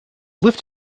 lifted